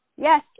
Yes